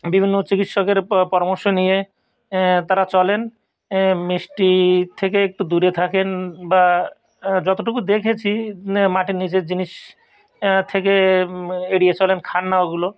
বিভিন্ন চিকিৎসকের পরামর্শ নিয়ে তারা চলেন মিষ্টি থেকে একটু দূরে থাকেন বা যতটুকু দেখেছি মাটির নীচের জিনিস থেকে এড়িয়ে চলেন খান না ওগুলো